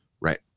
right